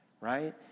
right